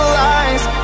lies